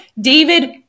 David